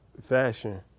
fashion